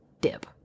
dip